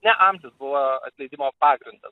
ne amžius buvo atleidimo pagrindas